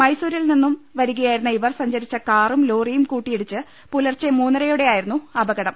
മൈസൂരിൽ നിന്നും വരികയായിരുന്ന ഇവർ സഞ്ചരിച്ച കാറും ലോറിയും കൂട്ടി ഇടിച്ച് പുലർച്ചെ മൂന്നരയോടെയായിരുന്നു അപകടം